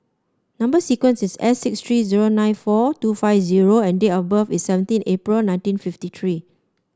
number sequence is S six three zero nine four two five zero and date of birth is seventeen April nineteen fifty three